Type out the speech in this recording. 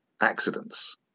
accidents